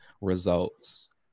results